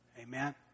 Amen